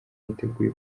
niteguye